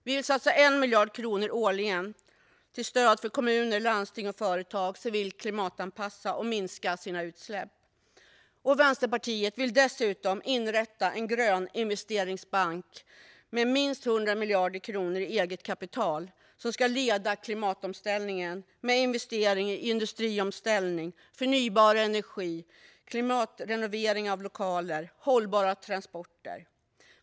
Vi vill satsa 1 miljard kronor årligen på stöd till kommuner, landsting och företag som vill klimatanpassa och minska sina utsläpp. Vänsterpartiet vill dessutom inrätta en grön investeringsbank, med minst 100 miljarder kronor i eget kapital, som ska leda klimatomställningen med investeringar i industriomställning, förnybar energi, klimatrenovering av lokaler och hållbara transporter.